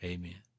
Amen